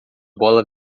bola